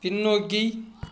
பின்னோக்கி